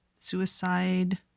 suicide